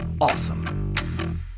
awesome